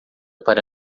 para